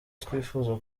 twifuza